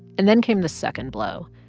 and then came the second blow.